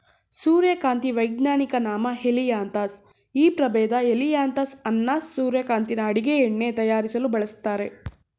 ಸೂರ್ಯಕಾಂತಿ ವೈಜ್ಞಾನಿಕ ನಾಮ ಹೆಲಿಯಾಂತಸ್ ಈ ಪ್ರಭೇದ ಹೆಲಿಯಾಂತಸ್ ಅನ್ನಸ್ ಸೂರ್ಯಕಾಂತಿನ ಅಡುಗೆ ಎಣ್ಣೆ ತಯಾರಿಸಲು ಬಳಸ್ತರೆ